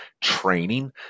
training